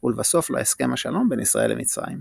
ולבסוף להסכם השלום בין ישראל למצרים.